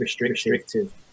restrictive